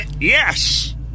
Yes